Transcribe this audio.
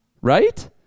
Right